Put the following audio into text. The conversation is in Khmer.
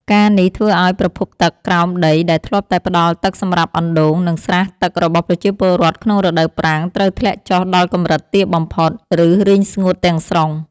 ការណ៍នេះធ្វើឱ្យប្រភពទឹកក្រោមដីដែលធ្លាប់តែផ្តល់ទឹកសម្រាប់អណ្តូង និងស្រះទឹករបស់ប្រជាពលរដ្ឋក្នុងរដូវប្រាំងត្រូវធ្លាក់ចុះដល់កម្រិតទាបបំផុត ឬរីងស្ងួតទាំងស្រុង។